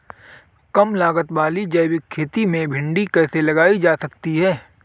कम लागत वाली जैविक खेती में भिंडी कैसे लगाई जा सकती है?